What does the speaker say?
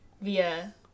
via